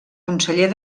conseller